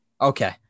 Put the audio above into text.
okay